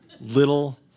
little